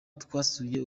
twasuye